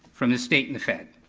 from the state and the fed.